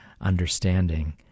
understanding